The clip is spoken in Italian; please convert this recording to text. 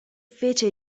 fece